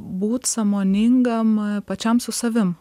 būt sąmoningam pačiam su savim